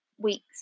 Weeks